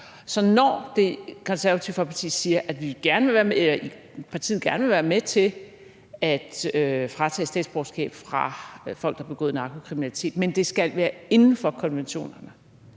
Så når Det Konservative Folkeparti siger, at partiet gerne vil være med til at fratage statsborgerskab fra folk, der har begået narkokriminalitet, men at det skal være inden for konventionerne,